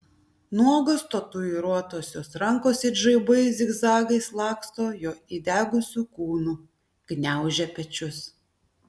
nuogos tatuiruotos jos rankos it žaibai zigzagais laksto jo įdegusiu kūnu gniaužia pečius